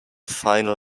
final